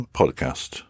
podcast